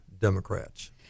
democrats